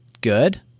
good